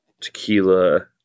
tequila